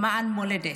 למען המולדת.